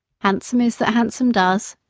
handsome is that handsome does,